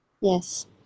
yes